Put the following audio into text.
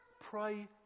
Pray